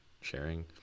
sharing